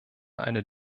eine